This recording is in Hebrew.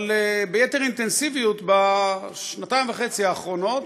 אבל ביתר אינטנסיביות בשנתיים וחצי האחרונות,